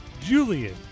Julian